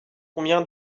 combien